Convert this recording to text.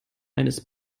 eines